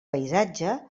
paisatge